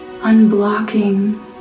unblocking